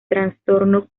trastorno